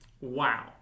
Wow